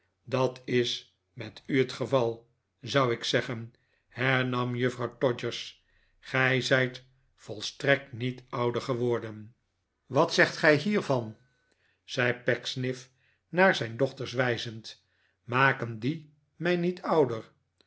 dat is met u het gevaf zou ik zeggen hern am juffrouw todgers gij zijt volstrekt niet ouder geworden r wat zegt gij hiervan zei pecksniff naar zijn dochters wijzend maken die mij niet ouder